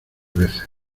veces